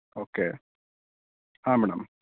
okay ಹಾಂ madam